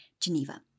Geneva